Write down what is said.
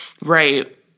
right